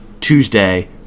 Tuesday